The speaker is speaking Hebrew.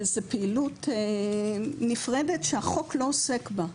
וזו פעילות נפרדת שהחוק לא עוסק בה.